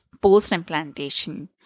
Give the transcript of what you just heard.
post-implantation